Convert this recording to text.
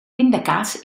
pindakaas